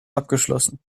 abgeschlossen